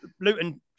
Luton